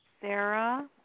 Sarah